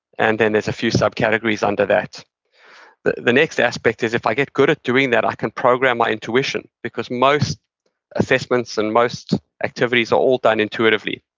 and then there's a few subcategories under that the the next aspect is if i get good at doing that, i can program my intuition, intuition, because most assessments and most activities are all done intuitively.